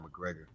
McGregor